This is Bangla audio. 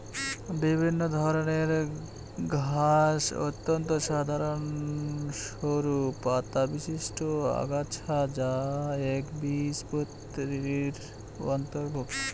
বিভিন্ন ধরনের ঘাস অত্যন্ত সাধারন সরু পাতাবিশিষ্ট আগাছা যা একবীজপত্রীর অন্তর্ভুক্ত